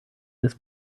this